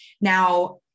Now